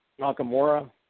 Nakamura